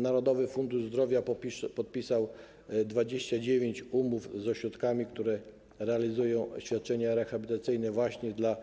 Narodowy Fundusz Zdrowia podpisał 29 umów z ośrodkami, które realizują świadczenia rehabilitacyjne właśnie dla